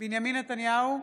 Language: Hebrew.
בנימין נתניהו,